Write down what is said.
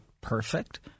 perfect